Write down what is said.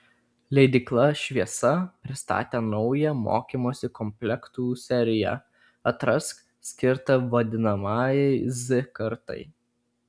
leidykla šviesa pristatė naują mokymosi komplektų seriją atrask skirtą vadinamajai z kartai